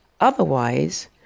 Otherwise